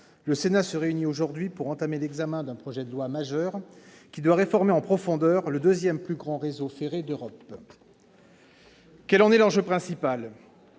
le Sénat se réunit aujourd'hui pour entamer l'examen d'un projet de loi majeur qui doit permettre de réformer en profondeur le deuxième plus grand réseau ferré d'Europe. Quel en est l'enjeu principal ?